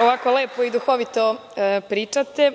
ovako lepo i duhovito pričate,